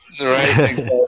Right